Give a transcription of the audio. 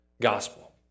gospel